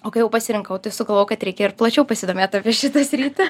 o kai jau pasirinkau tai sugalvojau kad reikia ir plačiau pasidomėt apie šitą sritį